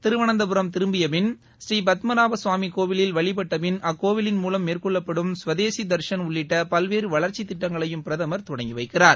திருவனந்தபுரம் திரும்பியபின் ஸ்ரீபத்மநாப சுவாமி கோவிலில் வழிபட்ட பின் அக்கோவிலின் மூலம் மேற்கொள்ளப்படும் கசதேசி தர்ஷன் உள்ளிட்ட பல்வேறு வளர்ச்சித் திட்டங்களையும் பிரதமர் தொடங்கி வைக்கிறார்